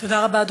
תודה רבה.